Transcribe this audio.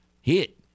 hit